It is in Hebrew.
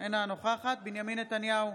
אינה נוכחת בנימין נתניהו,